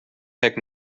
heck